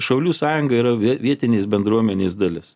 šaulių sąjunga yra vietinės bendruomenės dalis